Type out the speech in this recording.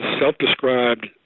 self-described